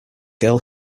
girl